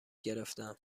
گرفتم